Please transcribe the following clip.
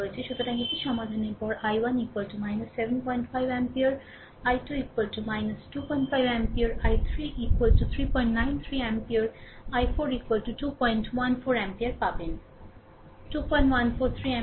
সুতরাং এটি সমাধানের পরে I1 75 ampere I2 25 ampere I3 393 ampere i4 214 পাবেন 2143 অ্যাম্পিয়ার